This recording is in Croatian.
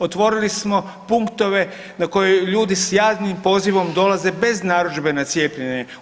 Otvorili smo punktove na koje ljude s … pozivom dolaze bez narudžbe na cijepljenje.